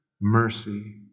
mercy